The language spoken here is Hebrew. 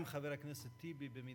גם חבר הכנסת טיבי, אם